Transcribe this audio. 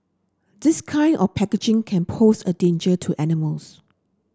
this kind of packaging can pose a danger to animals